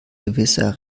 gewisser